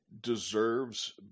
deserves